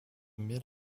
mid